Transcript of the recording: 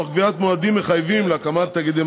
תוך קביעת מועדים מחייבים להקמת תאגידי